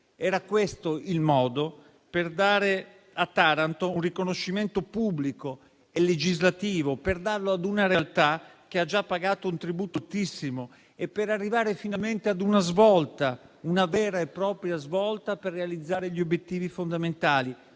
Era questo il modo per dare un riconoscimento pubblico e legislativo a Taranto, una realtà che ha già pagato un tributo altissimo, e arrivare finalmente a una vera e propria svolta per realizzare gli obiettivi fondamentali: